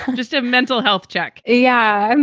um just a mental health check yeah, and